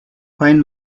find